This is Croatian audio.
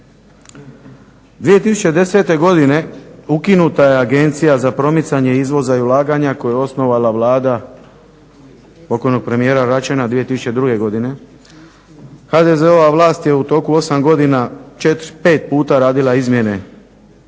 2010. godine ukinuta je Agencija za promicanje izvoza i ulaganja koju je osnovala Vlada pokojnog premijera Račana 2002. godine. HDZ-ova vlast je u toku 8 godina 4, 5 puta radila izmjene